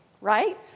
right